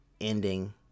ending